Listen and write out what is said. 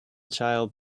child